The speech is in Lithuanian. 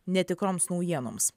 netikroms naujienoms